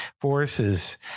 forces